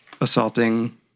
assaulting